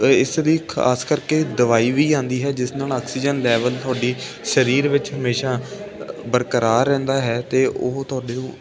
ਇਸ ਲਈ ਖਾਸ ਕਰਕੇ ਦਵਾਈ ਵੀ ਆਉਂਦੀ ਹੈ ਜਿਸ ਨਾਲ ਆਕਸੀਜਨ ਲੈਵਲ ਤੁਹਾਡੇ ਸਰੀਰ ਵਿੱਚ ਹਮੇਸ਼ਾ ਬਰਕਰਾਰ ਰਹਿੰਦਾ ਹੈ ਅਤੇ ਉਹ ਤੁਹਾਡੇ ਉਹ